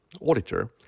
auditor